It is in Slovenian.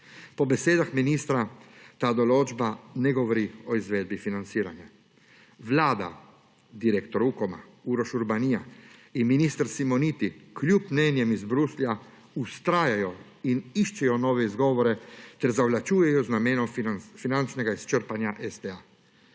Po besedah ministra ta določba ne govori o izvedbi financiranja. Vlada, direktor Ukoma Uroš Urbanija in minister Simoniti kljub mnenjem iz Bruslja vztrajajo in iščejo nove izgovore ter zavlačujejo z namenom finančnega izčrpanja STA.